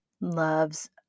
Loves